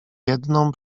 jedną